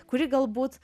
kuri galbūt